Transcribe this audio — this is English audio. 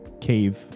cave